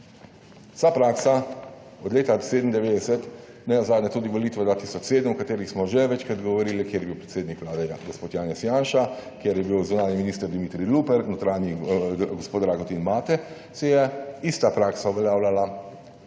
Vsa praksa od leta 1997, nenazadnje tudi volitve 2007, o katerih smo že večkrat govorili, kjer je bil predsednik Vlade gospod Janez Janša, kjer je bil zunanji minister Dimitrij Rupel, notranji gospod Dragutin Mate, se je ista praksa uveljavljala